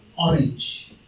orange